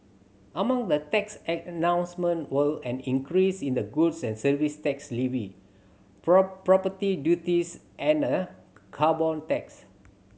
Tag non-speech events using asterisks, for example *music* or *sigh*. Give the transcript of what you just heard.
among the tax *unintelligible* announcement were an increase in the goods and Service Tax levy *unintelligible* property duties and a carbon tax